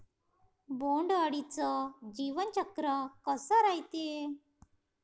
बोंड अळीचं जीवनचक्र कस रायते?